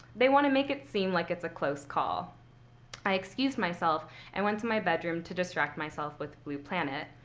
they want to make it seem like it's a close call i excused myself and went to my bedroom to distract myself with blue planet.